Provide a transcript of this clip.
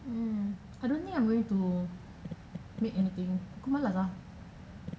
um I don't think I'm going to make anything aku malas ah